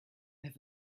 have